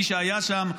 מי שהיה שם,